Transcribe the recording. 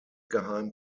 geheim